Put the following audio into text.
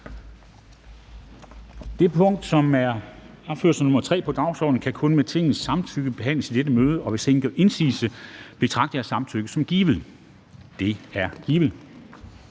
Det punkt, som er opført som nr. 3 på dagsordenen, kan kun med Tingets samtykke behandles i dette møde. Og hvis ingen gør indsigelse, betragter jeg samtykket som givet. Det er givet.